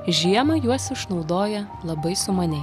žiemą juos išnaudoja labai sumaniai